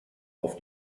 auf